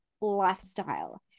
lifestyle